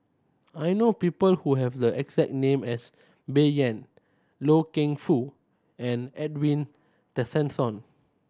I know people who have the exact name as Bai Yan Loy Keng Foo and Edwin Tessensohn